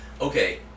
Okay